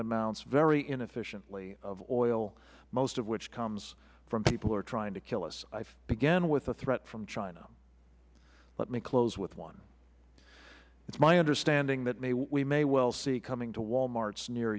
amounts very inefficiently of oil most of which comes from people who are trying to kill us i began with a threat from china let me close with one it is my understanding that we may well see coming to wal marts near